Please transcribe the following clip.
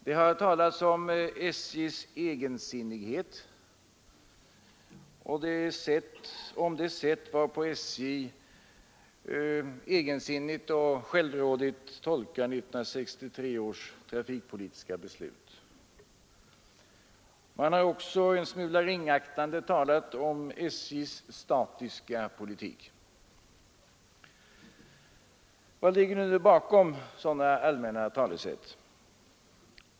Det har talats om SJ:s egensinnighet och det sätt varpå SJ — egensinnigt och självrådigt — tolkar 1963 års trafikpolitiska beslut. Man har också en smula ringaktande talat om SJ:s statiska politik. Vad ligger nu bakom sådana allmänna talesätt?